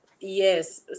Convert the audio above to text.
Yes